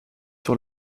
sur